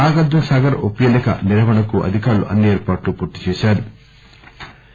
నాగార్టునసాగర్ ఉపఎన్నిక నిర్వహణకు అధికారులు అన్ని ఏర్పాట్లు పూర్తి చేశారు